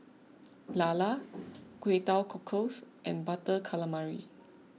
Lala Kway Teowc Cockles and Butter Calamari